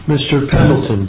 mr pendleton